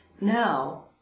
Now